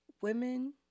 Women